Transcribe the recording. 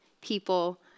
people